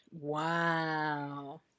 Wow